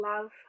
love